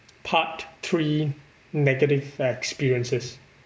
part three negative experiences